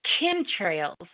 chemtrails